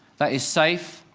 that is safe,